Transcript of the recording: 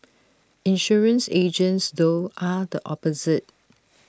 insurance agents though are the opposite